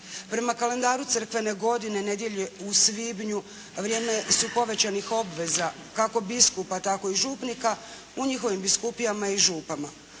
Prema kalendaru crkvene godine nedjelje u svibnju vrijeme su povećanih obveza kako biskupa tako i župnika u njihovim biskupijama i župana,